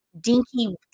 dinky